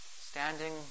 standing